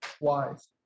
Wise